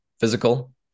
physical